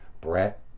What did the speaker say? Brett